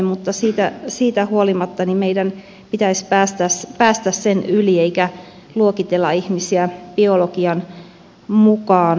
mutta siitä huolimatta meidän pitäisi päästä sen yli eikä luokitella ihmisiä biologian mukaan